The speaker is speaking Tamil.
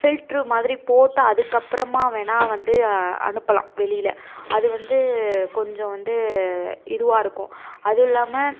ஃபில்டரு மாதிரி போட்டு அதுக்கப்புறமா வேணால் வந்து அனுப்பலாம் வெளியில் அது வந்து கொஞ்சம் வந்து இதுவாக இருக்கும் அதுவும் இல்லாமல்